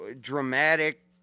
dramatic